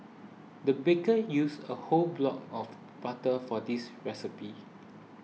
the baker used a whole block of butter for this recipe